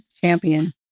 champion